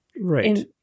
right